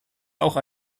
auch